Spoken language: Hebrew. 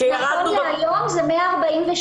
שממתינים.